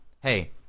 hey